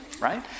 right